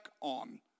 on